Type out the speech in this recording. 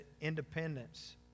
independence